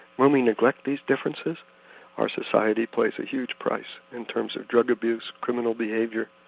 when we neglect these differences our society plays a huge price in terms of drug abuse, criminal behaviour,